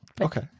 Okay